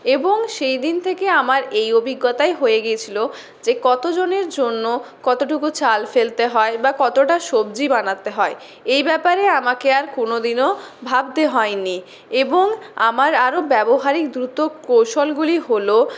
এবং সেই দিন থেকে আমার এই অভিজ্ঞতাই হয়ে গিয়েছিলো যে কতোজনের জন্য কতটুকু চাল ফেলতে হয় বা কতোটা সবজি বানাতে হয় এই ব্যাপারে আমাকে আর কোনোদিনও ভাবতে হয়নি এবং আমার আরও ব্যবহারিক দ্রুত কৌশলগুলি হলো